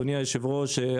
אדוני היושב ראש,